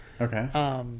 Okay